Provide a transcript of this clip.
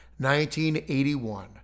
1981